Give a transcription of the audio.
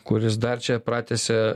kuris dar čia pratęsia